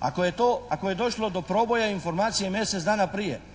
Ako je to, ako je došlo do proboja informacije mjesec dana prije,